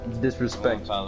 Disrespect